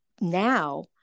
now